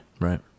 Right